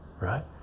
right